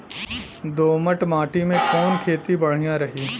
दोमट माटी में कवन खेती बढ़िया रही?